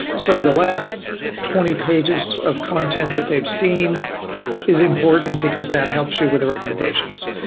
so the last twenty pages of content that they've seen is important, because that helps you with recommendations.